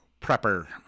Prepper